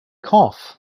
cough